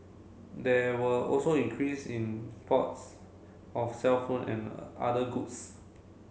there were also increase in imports of cellphone and other goods